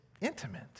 intimate